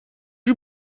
you